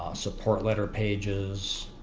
ah support letter pages